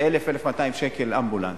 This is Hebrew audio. זה 1,000 1,200 שקל אמבולנס.